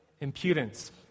impudence